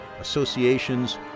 associations